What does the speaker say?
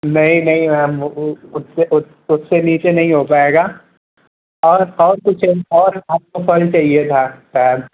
नहीं नहीं मैम वह उससे उससे नीचे नहीं हो पाएगा और और कुछ चाहिए और आपको फल चाहिए था मैम